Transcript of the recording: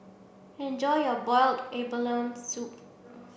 enjoy your boiled abalone soup